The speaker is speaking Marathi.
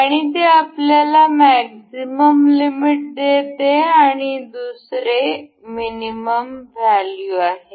आणि ते आपल्याला मॅक्झिमम लिमिट देते आणि हे दुसरे मिनिमम व्हॅल्यू आहे